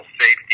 safety